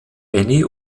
benny